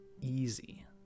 easy